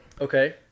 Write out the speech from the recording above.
Okay